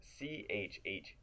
CHH